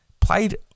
Played